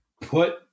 put